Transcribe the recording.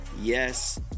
Yes